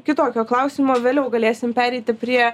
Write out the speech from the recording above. kitokio klausimo vėliau galėsim pereiti prie